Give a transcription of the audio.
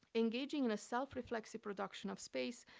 engaging in a self-reflexive production of space,